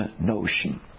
notion